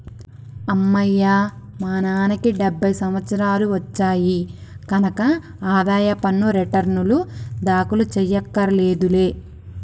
అమ్మయ్యా మా నాన్నకి డెబ్భై సంవత్సరాలు వచ్చాయి కనక ఆదాయ పన్ను రేటర్నులు దాఖలు చెయ్యక్కర్లేదులే